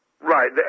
Right